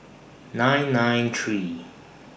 nine nine three